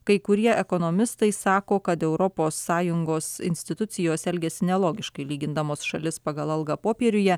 kai kurie ekonomistai sako kad europos sąjungos institucijos elgias nelogiškai lygindamos šalis pagal algą popieriuje